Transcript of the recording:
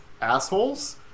assholes